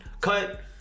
cut